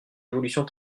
évolution